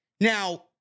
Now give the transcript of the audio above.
Now